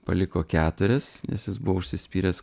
paliko keturias nes jis buvo užsispyręs